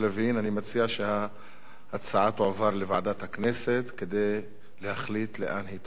אני מציע שההצעה תועבר לוועדת הכנסת כדי להחליט לאן היא תעבור.